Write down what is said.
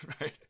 right